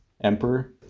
emperor